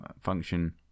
function